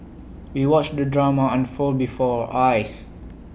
we watched the drama unfold before our eyes